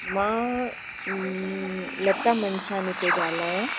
मां लता मंशानी पई ॻाल्हायां